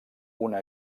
una